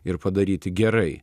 ir padaryti gerai